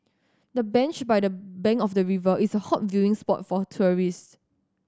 the bench by the bank of the river is a hot viewing spot for tourists